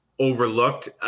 overlooked